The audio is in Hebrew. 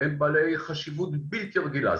הם בעלי חשיבות בלתי רגילה.